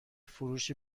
فروش